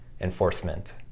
enforcement